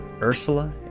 Ursula